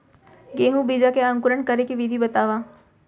गेहूँ बीजा के अंकुरण करे के विधि बतावव?